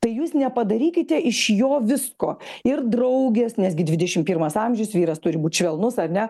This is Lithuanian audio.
tai jūs nepadarykite iš jo visko ir draugės nes gi dvidešim pirmas amžius vyras turi būt švelnus ar ne